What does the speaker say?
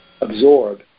absorb